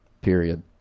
Period